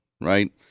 right